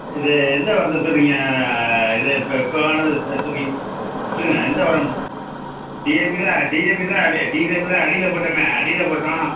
இது எந்த வாரத்தில் சொல்கிறீங்க இது இப்போ இப்போ வாங்கினது சொன்னீங் சொல்லுங்க எந்த வாரம் டிஏபி தான் டிஏபி தான் டிஏபி தான் அடியில் போட்டோம் அடியில் போட்டோம்